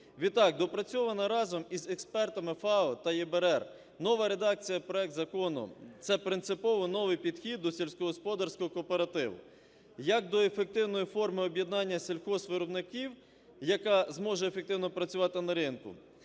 Відтак доопрацьована разом із експертами FAO та ЄБРР нова редакція проекту закону - це принципово новий підхід до сільськогосподарського кооперативу як до ефективної форми об'єднання сільгоспвиробників, яка зможе ефективно працювати на ринку.